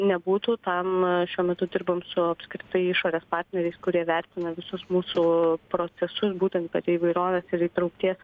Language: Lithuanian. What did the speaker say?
nebūtų tam šiuo metu dirbam su apskritai išorės partneriais kurie vertina visus mūsų procesus būtent per įvairovės ir įtraukties